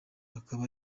akaba